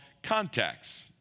contacts